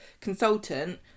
consultant